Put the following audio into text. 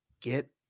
get